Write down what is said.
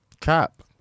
Cap